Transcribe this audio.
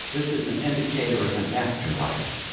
this is an indicator of an afterlife.